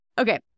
Okay